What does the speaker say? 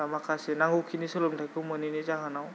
माखासे नांगौखिनि सोलोंथाइखौ मोनैनि जाहोनाव